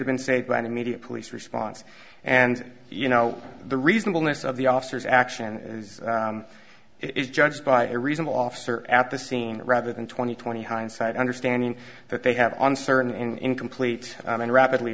have been saved by an immediate police response and you know the reasonableness of the officers action is is judged by a reasonable officer at the scene rather than twenty twenty hindsight understanding that they have on certain incomplete and rapidly